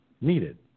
needed